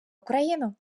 україну